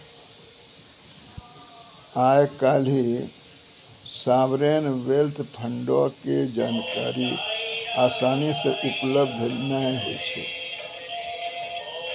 आइ काल्हि sovereign wealth फंडो के जानकारी असानी से उपलब्ध नै होय छै